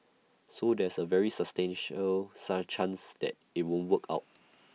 so there's A very substantial chance that IT won't work out